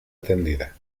atendida